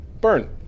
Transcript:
Burn